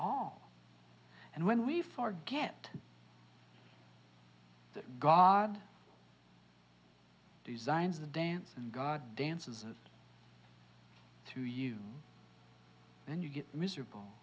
all and when we forget that god designed the dance and god dances to you then you get miserable